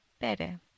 better